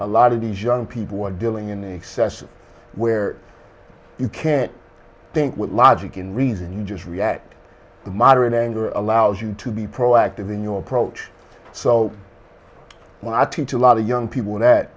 a lot of these young people who are dealing in the excesses where you can't think what logic and reason you just react to moderate anger allows you to be proactive in your approach so when i teach a lot of young people that